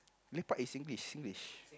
lepak is Singlish Singlish